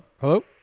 hello